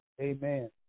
Amen